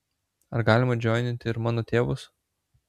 ar galima džoininti ir mano tėvus